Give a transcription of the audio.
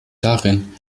darin